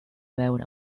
veure